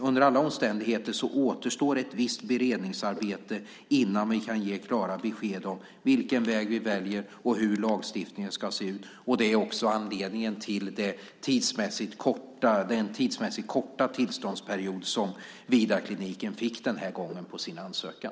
Under alla omständigheter återstår ett visst beredningsarbete innan vi kan ge klara besked om vilken väg vi väljer och hur lagstiftningen ska se ut. Det är också anledningen till den tidsmässigt korta tillståndsperiod som Vidarkliniken fick den här gången som svar på sin ansökan.